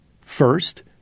First